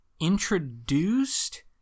introduced